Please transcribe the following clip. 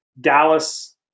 Dallas